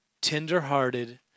tender-hearted